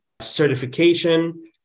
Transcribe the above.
certification